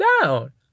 down